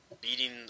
beating